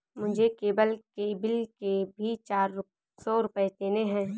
मुझे केबल के बिल के भी चार सौ रुपए देने हैं